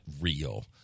real